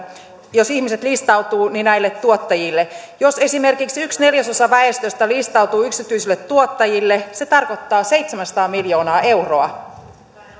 jos ihmiset listautuvat näille tuottajille jos esimerkiksi yksi neljäsosa väestöstä listautuu yksityisille tuottajille se tarkoittaa seitsemänsataa miljoonaa euroa